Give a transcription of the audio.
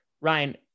Ryan